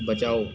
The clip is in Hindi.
बचाओ